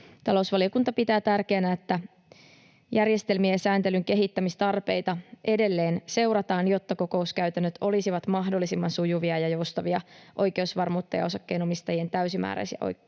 talousvaliokunta pitää tärkeänä, että järjestelmien sääntelyn kehittämistarpeita edelleen seurataan, jotta kokouskäytännöt olisivat mahdollisimman sujuvia ja joustavia oikeus-varmuutta ja osakkeenomistajien täysimääräisiä oikeuksia